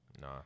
Nah